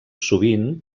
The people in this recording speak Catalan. sovint